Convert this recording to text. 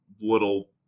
little